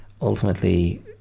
ultimately